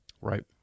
right